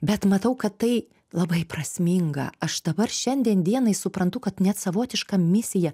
bet matau kad tai labai prasminga aš dabar šiandien dienai suprantu kad net savotiška misija